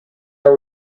are